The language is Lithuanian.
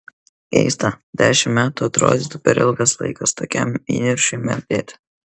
keista dešimt metų atrodytų per ilgas laikas tokiam įniršiui merdėti